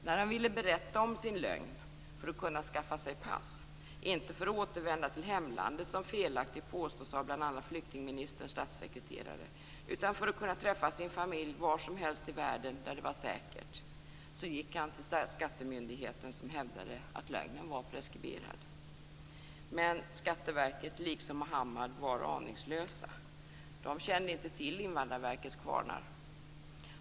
När han ville berätta om sin lögn för att kunna skaffa sig pass - inte för att återvända till hemlandet, som felaktigt påståtts av bl.a. flyktingministerns statssekreterare, utan för att kunna träffa sin familj var som helst i världen där det var säkert - gick han till skattemyndigheten, som hävdade att lögnen var preskriberad. Men skatteverket var aningslöst, liksom Mohammad. De kände inte till Invandrarverkets kvarnar.